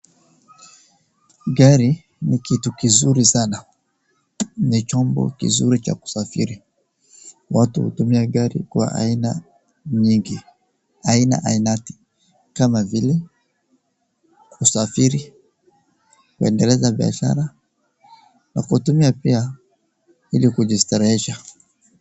Gari ni kitu kizuri sana, ni chombo kizuri cha kusafiri, watu hutumia gari kwa aina nyingi aina aina kama vile, kusafiri, kuendeleza biashara, na kutumia pia ili kujistarehesha.